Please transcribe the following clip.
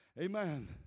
Amen